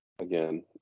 Again